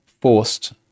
forced